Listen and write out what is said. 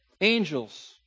angels